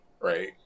right